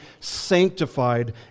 sanctified